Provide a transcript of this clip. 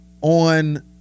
on